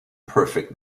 perfect